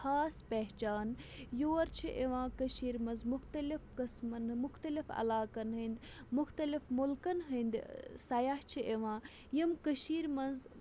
خاص پہچان یور چھِ یِوان کٔشیٖر منٛز مُختلِف قٕسمَن مُختلِف علاقَن ہٕنٛدۍ مُختلِف مُلکَن ہٕنٛدۍ سیاح چھِ یِوان یِم کٔشیٖرِ منٛز